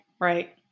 Right